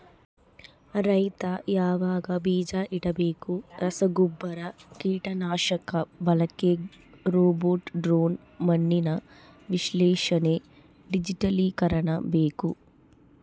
ರೈತ ಯಾವಾಗ ಬೀಜ ಇಡಬೇಕು ರಸಗುಬ್ಬರ ಕೀಟನಾಶಕ ಬಳಕೆ ರೋಬೋಟ್ ಡ್ರೋನ್ ಮಣ್ಣಿನ ವಿಶ್ಲೇಷಣೆ ಡಿಜಿಟಲೀಕರಣ ಬೇಕು